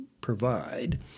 provide